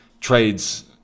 trades